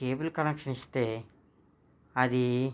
cable connection ఇస్తే అది